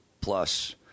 plus